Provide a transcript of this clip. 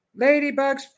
ladybugs